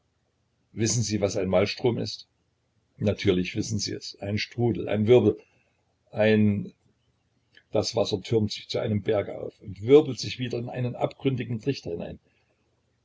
wissen sie was ein malstrom ist natürlich wissen sie es ein strudel ein wirbel ein das wasser türmt sich zu einem berge auf und wirbelt sich wieder in einen abgründigen trichter hinein